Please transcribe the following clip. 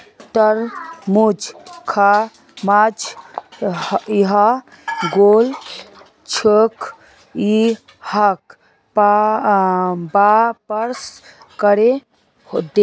तरबूज खराब हइ गेल छोक, यहाक वापस करे दे